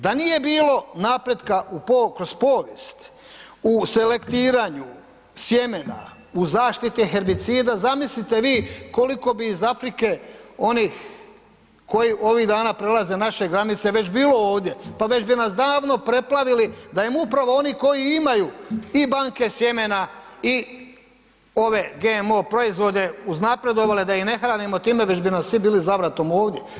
Da nije bilo napretka kroz povijest u selektiranju sjemena, u zaštiti herbicida, zamislite vi koliko bi iz Afrike onih koji ovih dana prelaze naše granice, već bilo ovdje, pa već bi nas davno preplavili da im upravo oni koji imaju i banke sjemena i ove GMO proizvode uznapredovale da ih ne hranimo time, već bi nam svi bili za vratom ovdje.